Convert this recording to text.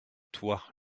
toi